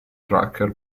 tracker